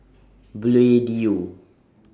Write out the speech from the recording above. Bluedio